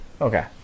Okay